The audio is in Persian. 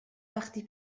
وقتی